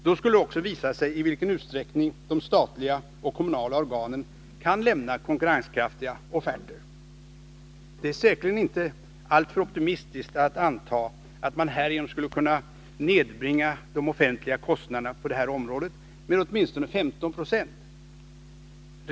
Då skulle det också visa sig i vilken utsträckning de statliga och kommunala organen kan lämna konkurrenskraftiga offerter. Det är säkerligen inte alltför optimistiskt att anta att man härigenom skulle kunna nedbringa de offentliga kostnaderna på detta område med åtminstone 15 96.